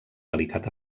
delicat